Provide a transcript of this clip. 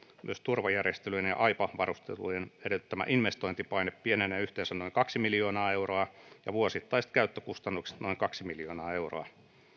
myös turvajärjestelyjen ja ja aipa varustelujen edellyttämä investointipaine pienenee yhteensä noin kaksi miljoonaa euroa ja vuosittaiset käyttökustannukset noin kaksi miljoonaa euroa